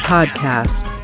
Podcast